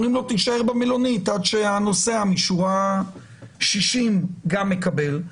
אומרים לו להישאר במלונית עד שהנוסע משורה 60 גם יקבל תשובה.